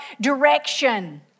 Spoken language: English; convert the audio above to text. direction